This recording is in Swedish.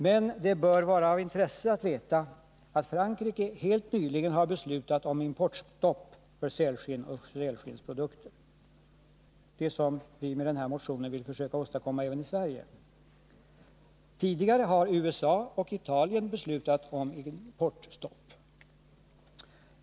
Men det bör vara av intresse att veta att Frankrike helt nyligen har beslutat om importstopp för sälskinn och sälskinnsprodukter, något som vi genom den här motionen vill åstadkomma även i Sverige. Tidigare har USA och Italien beslutat om importstopp.